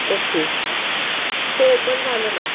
okay हो open झालं ना